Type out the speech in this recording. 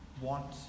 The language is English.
want